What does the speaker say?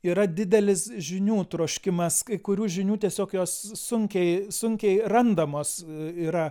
yra didelis žinių troškimas kai kurių žinių tiesiog jos sunkiai sunkiai randamos yra